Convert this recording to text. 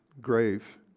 grave